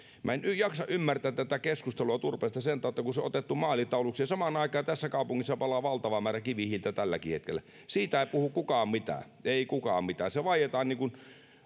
minä en jaksa ymmärtää tätä keskustelua turpeesta sen tautta kun se on otettu maalitauluksi ja samaan aikaan tässä kaupungissa palaa valtava määrä kivihiiltä tälläkin hetkellä siitä ei puhu kukaan mitään ei kukaan mitään siitä vaietaan melkein niin kuin